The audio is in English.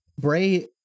Bray